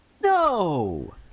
No